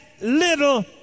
little